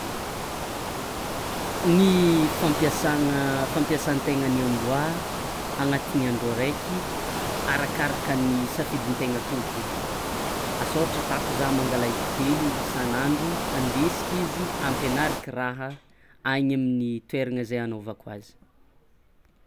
Ny fampiasagna fampiasantegnan'ny amboa agnatin'ny andro araiky arakarakan'ny safidin-taigna tompiny, asa ohatra atako zah mangala intelo isan'andro, andesiky izy ampianariky raha agny amin'ny toeragna zay anaovako azy.